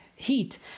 heat